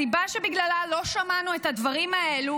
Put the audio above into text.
הסיבה שבגללה לא שמענו את הדברים האלה